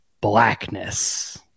blackness